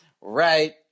right